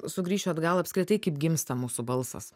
sugrįšiu atgal apskritai kaip gimsta mūsų balsas